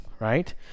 right